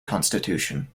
constitution